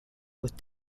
with